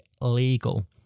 legal